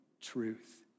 truth